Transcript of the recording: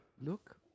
Look